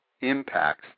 impacts